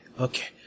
okay